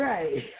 Right